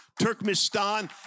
Turkmenistan